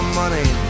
money